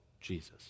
Jesus